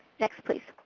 next please.